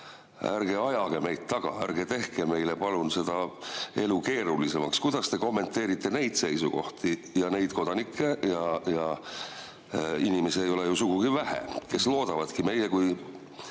ärge ajage meid taga. Ärge tehke meile palun seda elu keerulisemaks." Kuidas te kommenteerite neid seisukohti? Neid kodanikke ja inimesi ei ole ju sugugi vähe, kes loodavadki meie kui